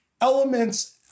elements